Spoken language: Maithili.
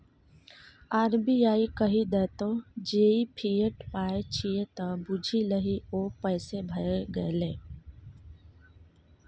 आर.बी.आई कहि देतौ जे ई फिएट पाय छियै त बुझि लही ओ पैसे भए गेलै